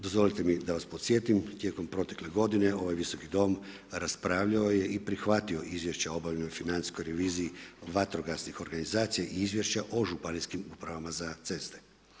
Dozvolite mi da vas podsjetim, tijekom protekle godine ovaj Visoki dom raspravljao je i prihvatio izvješća o obavljenoj financijskoj reviziji vatrogasnih organizacija i izvješća o županijskim upravama za ceste.